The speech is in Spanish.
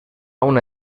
una